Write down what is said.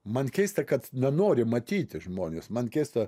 man keista kad nenori matyti žmonės man keista